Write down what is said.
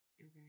Okay